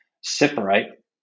separate